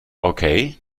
okay